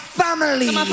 family